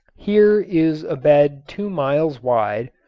here is a bed two miles wide,